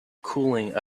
cooling